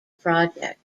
project